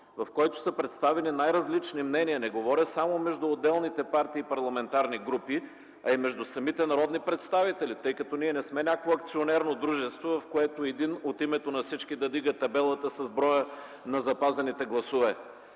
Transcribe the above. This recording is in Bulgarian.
в който са представени най-различни мнения – не говоря само между отделни партии и парламентарни групи, а и между самите народни представители. Ние не сме някакво акционерно дружество, в което един от името на всички да вдига табелата с броя на запазените гласове.